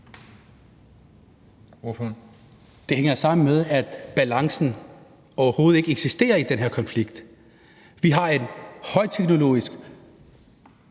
(UFG): Det hænger sammen med, at balancen overhovedet ikke eksisterer i den her konflikt. Vi har en højteknologisk